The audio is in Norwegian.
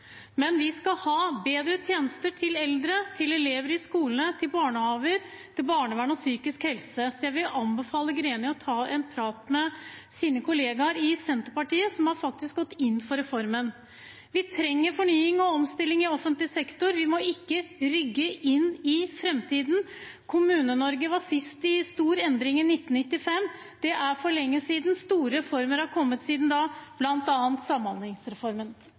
men vi skal ha bedre tjenester til eldre, til elever i skolene, til barnehager, til barnevern og psykisk helse. Så jeg vil anbefale Greni å ta en prat med sine kollegaer i Senterpartiet, som faktisk har gått inn for reformen. Vi trenger fornying og omstilling i offentlig sektor. Vi må ikke rygge inn i framtiden. Kommune-Norge var sist i stor endring i 1995. Det er for lenge siden. Store reformer har kommet siden da, bl.a. samhandlingsreformen.